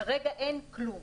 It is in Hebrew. כרגע אין כלום,